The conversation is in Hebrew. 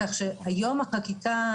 כך שהיום החקיקה,